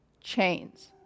chains